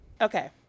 Okay